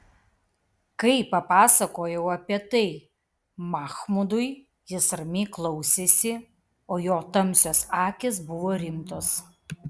kai papasakojau apie tai machmudui jis ramiai klausėsi o jo tamsios akys buvo rimtos